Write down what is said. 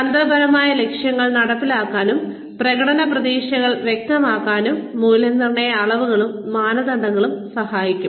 തന്ത്രപരമായ ലക്ഷ്യങ്ങൾ നടപ്പിലാക്കാനും പ്രകടന പ്രതീക്ഷകൾ വ്യക്തമാക്കാനും മൂല്യനിർണ്ണയ അളവുകളും മാനദണ്ഡങ്ങളും സഹായിക്കും